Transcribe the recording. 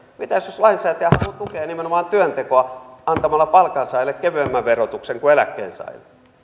mitäs jos lainsäätäjä haluaa tukea nimenomaan työntekoa antamalla palkansaajille kevyemmän verotuksen kuin eläkkeensaajille